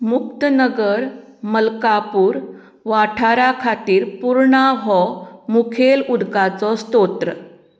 मुक्तनगर मल्कापूर वाठारा खातीर पुर्णा हो मुखेल उदकाचो स्तोत्र